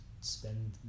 spend